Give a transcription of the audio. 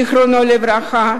זיכרונו לברכה,